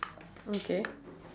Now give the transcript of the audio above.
okay